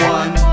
one